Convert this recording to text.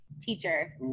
Teacher